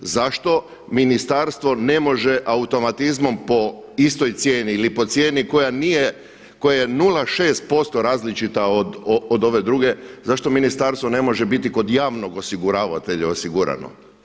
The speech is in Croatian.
Zašto ministarstvo ne može automatizmom po istoj cijeni ili po cijeni koja je 0,6% različita od ove druge, zašto ministarstvo ne može biti kod javnog osiguravatelja osigurano?